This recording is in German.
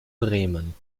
bremen